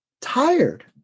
tired